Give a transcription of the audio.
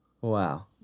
Wow